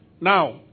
Now